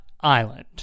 Island